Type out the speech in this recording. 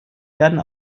werden